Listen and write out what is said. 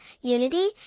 unity